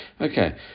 Okay